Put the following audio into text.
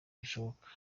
bishoboka